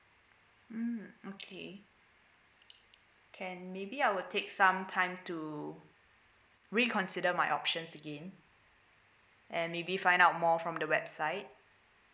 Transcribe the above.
mm okay can maybe I will take some time to reconsider my options again and maybe find out more from the website